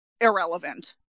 irrelevant